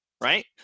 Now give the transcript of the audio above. right